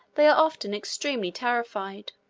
they are often extremely terrified.